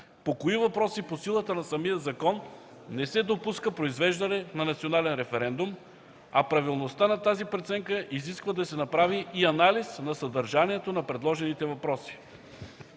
по кои въпроси, по силата на самия закон, не се допуска произвеждане на национален референдум, а правилността на тази преценка изисква да се направи и анализ на съдържанието на предложените въпроси.